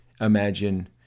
imagine